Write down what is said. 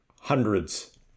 hundreds